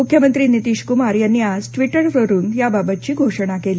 मुख्यमंत्री नितीश कुमार यांनी आज ट्वीटर वरून याबाबत घोषणा केली